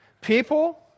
people